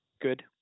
good